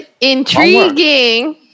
intriguing